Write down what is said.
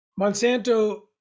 Monsanto